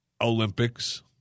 Olympics